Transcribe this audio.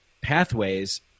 pathways